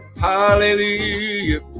Hallelujah